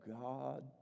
God